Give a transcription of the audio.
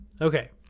Okay